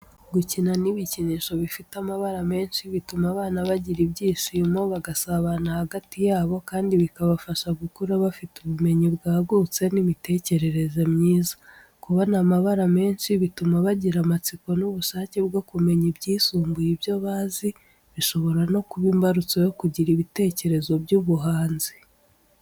Gukina n'ibikinisho bifite amabara menshi bituma abana bagira ibyishimo, bagasabana hagati yabo, kandi bikabafasha gukura bafite ubumenyi bwagutse, n'imitekerereze myiza. Kubona amabara menshi, bituma bagira amatsiko n'ubushake bwo kumenya ibisumbye ibyo bazi, bishobora no kuba imbarutso yo kugira ibitekerezo by'ubuhanzi.